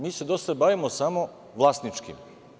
Mi se do sada bavimo samo vlasničkim.